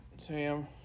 Sam